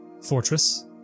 fortress